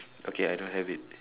okay I don't have it